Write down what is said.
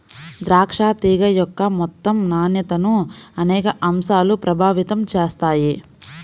ద్రాక్ష తీగ యొక్క మొత్తం నాణ్యతను అనేక అంశాలు ప్రభావితం చేస్తాయి